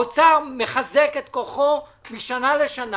משרד האוצר מחזק את כוחו משנה לשנה.